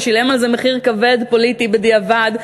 ששילם על זה מחיר פוליטי כבד בדיעבד,